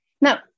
Now